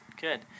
good